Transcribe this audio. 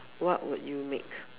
what would you make